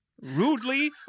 rudely